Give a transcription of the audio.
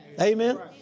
Amen